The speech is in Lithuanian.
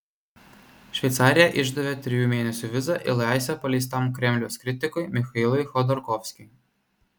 šveicarija išdavė trijų mėnesių vizą į laisvę paleistam kremliaus kritikui michailui chodorkovskiui